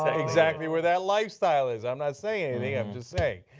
exactly where that lifestyle is. i'm not saying anything, i'm just saying.